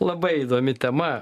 labai įdomi tema